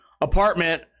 apartment